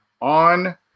on